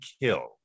kill